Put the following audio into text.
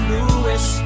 Lewis